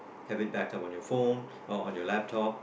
have it backed on your phone or on your laptop